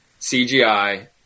CGI